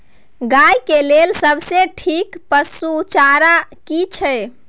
गाय के लेल सबसे ठीक पसु चारा की छै?